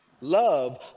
Love